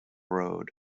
road